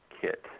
Kit